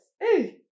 hey